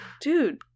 dude